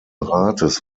rates